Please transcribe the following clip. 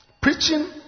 preaching